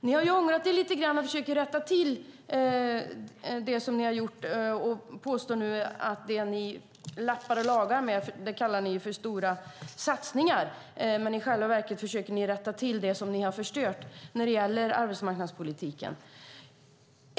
Ni har ångrat er lite grann och försöker rätta till det som ni har gjort. Det som ni nu lappar och lagar kallar ni för stora satsningar. Men i själva verket försöker ni rätta till det som ni har förstört när det gäller arbetsmarknadspolitiken.